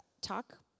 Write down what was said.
talk